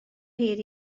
hyd